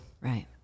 Right